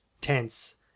tense